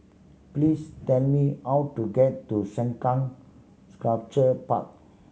please tell me how to get to Sengkang Sculpture Park